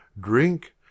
drink